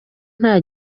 nta